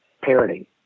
parody